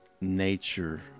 nature